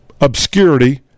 obscurity